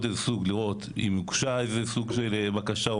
לראות אם הוגשה איזו סוג של בקשה.